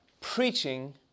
preaching